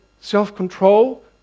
self-control